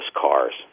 cars